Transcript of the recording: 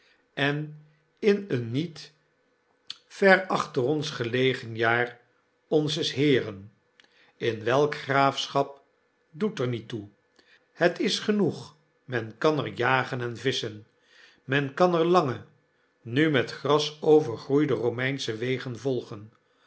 en in een niet ver achter ons gelegen jaar onzes heeren in welk graafschap doet er niet toe het is genoeg men kan er jagen en visschen men kan er lange nu met gras overgroeide komeinsche wegen volgen